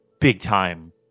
big-time